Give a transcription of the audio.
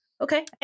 Okay